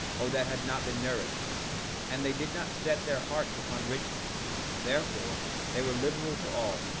or that had not been nourished and they did not set their hearts upon riches therefore they were liberal to all,